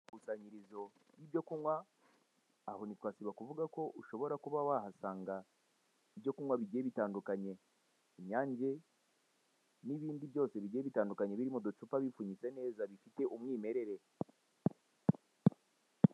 Ikusanyirizo ry'ibyo kunywa, aho ntitwasiba kuvuga ko ushobora kuba wahasanga ibyo kunywa bigiye bitandukanye, inyange, n'ibindi byose bigiye bitandukanye biri mu ducupa bipfunyitse neza bifite umwimerere.